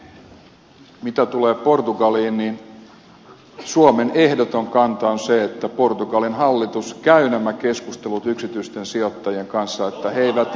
todellakin siis mitä tulee portugaliin suomen ehdoton kanta on se että portugalin hallitus käy nämä keskustelut yksityisten sijoittajien kanssa että he eivät lähde tästä maasta